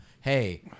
Hey